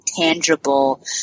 tangible